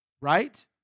right